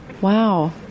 Wow